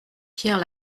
pierre